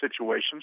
situations